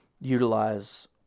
utilize